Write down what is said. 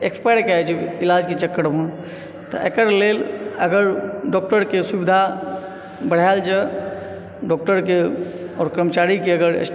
expire कय जाइ छै इलाज के चक्कर मे तऽ एकर लेल अगर डॉक्टर के सुविधा बढायल जाय डॉक्टर के आओर कर्मचारी के अगर